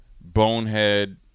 bonehead